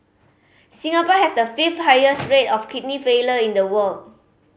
Singapore has the fifth highest rate of kidney failure in the world